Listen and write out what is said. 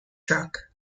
truck